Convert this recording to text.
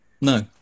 No